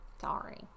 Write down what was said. Sorry